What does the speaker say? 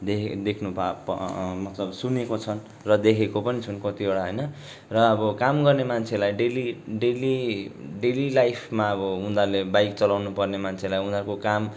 they देख्नु पा मतलब सुनेको छ र देखेको पनि छन् कतिवटा होइन र अब काम गर्ने मान्छेलाई डेली डेली डेली लाइफमा अब उनीहरूले बाइक चलाउनु पर्ने मान्छेलाई उनीहरूको काम